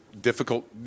difficult